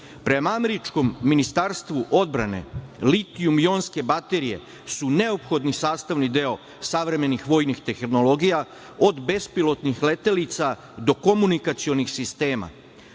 Prema američkom Ministarstvu odbrane, litijum-jonske baterije su neophodni sastavni deo savremenih vojnih tehnologija, od bespilotnih letelica do komunikacionih sistema.